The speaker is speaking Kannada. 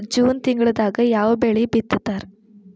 ಜೂನ್ ತಿಂಗಳದಾಗ ಯಾವ ಬೆಳಿ ಬಿತ್ತತಾರ?